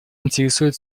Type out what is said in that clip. интересует